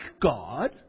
God